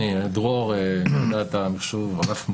השרתים